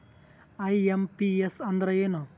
IMPS ಅಂದ್ರ ಏನು?